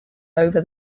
over